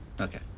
Okay